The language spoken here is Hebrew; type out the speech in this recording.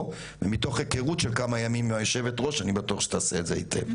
ומתוך הכרות עם היושבת ראש אני בטוח שהיא תעשה את זה היטב.